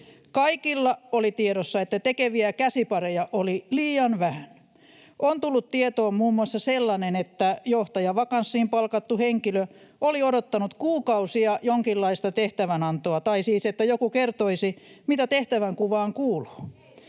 Kaikilla oli tiedossa, että tekeviä käsipareja oli liian vähän. On tullut tietoon muun muassa sellainen, että johtajavakanssiin palkattu henkilö oli odottanut kuukausia jonkinlaista tehtävänantoa tai siis, että joku kertoisi, mitä tehtävänkuvaan kuuluu.